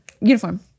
uniform